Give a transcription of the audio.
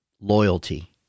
Loyalty